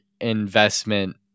investment